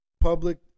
public